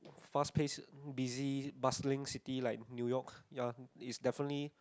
fast pace busy buzzling city like new-york ya it's definitely